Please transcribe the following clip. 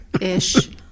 Ish